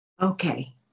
Okay